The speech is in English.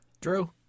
Drew